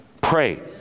Pray